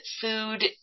food